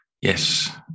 Yes